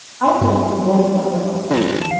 i felt provoked by her obstinacy,